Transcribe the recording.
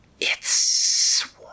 It's